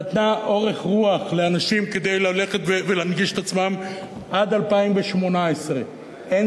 נתנה אורך רוח לאנשים כדי ללכת ולהנגיש את עצמם עד 2018. אין